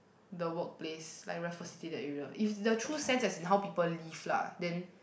the work place like Raffles City that area is the true sense as in how people live lah then